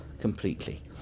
completely